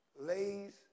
lays